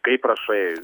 kaip rašai